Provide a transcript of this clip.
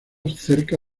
cerca